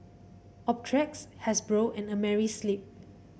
Optrex Hasbro and Amerisleep